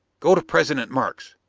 go to president markes.